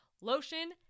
Lotion